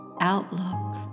outlook